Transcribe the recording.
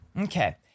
Okay